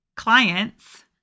Clients